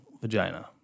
vagina